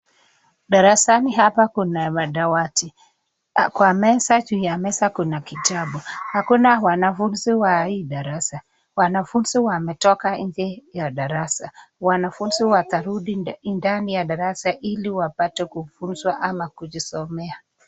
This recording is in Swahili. Darasani hapa kuna madawati. Juu ya meza kuna vitabu, hakuna wanafuzi wa hii darasa. Wanafuzi wametoka nje ya darasa. Wanafuzi watarudi ndani ya darasa ili wapate kufuzwa ama kujisomea.